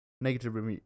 negative